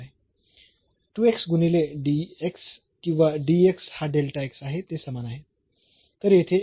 तर गुणिले किंवा हा आहे ते समान आहेत